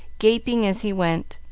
gaping as he went.